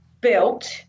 built